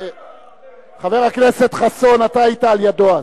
חבר הכנסת חסון, אתה היית לידו אז.